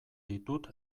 ditut